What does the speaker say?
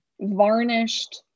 varnished